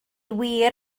wir